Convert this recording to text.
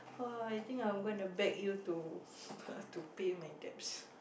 ah I think I'm going to beg you to to pay my debts